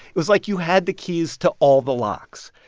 it was like you had the keys to all the locks.